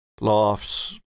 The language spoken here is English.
lofts